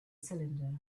cylinder